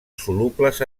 solubles